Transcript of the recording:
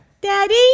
Daddy